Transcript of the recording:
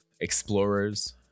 explorers